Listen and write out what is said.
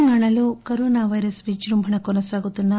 తెలంగాణలో corona virus విజృంభణ కొనసాగుతున్నా